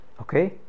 Okay